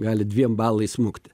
gali dviem balais smukti